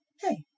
hey